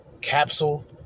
Capsule